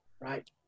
right